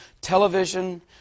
television